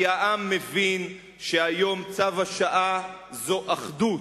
כי העם מבין שהיום צו השעה הוא אחדות.